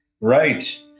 right